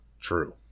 true